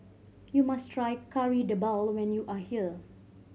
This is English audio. you must try Kari Debal when you are here